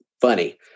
funny